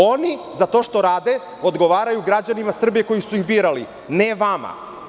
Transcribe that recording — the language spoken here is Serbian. Oni za to što rade odgovaraju građanima Srbije koji su ih birali, ne vama.